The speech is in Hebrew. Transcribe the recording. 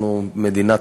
אנחנו מדינת